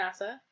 NASA